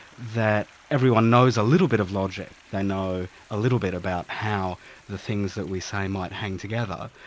that everyone knows a little bit of logic, they know a little bit about how the things that we say might hang together.